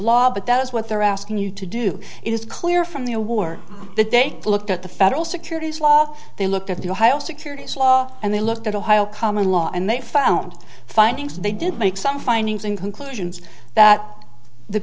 law but that is what they're asking you to do it is clear from the award that they looked at the federal securities law they looked at the ohio securities law and they looked at ohio common law and they found findings and they did make some findings and conclusions that the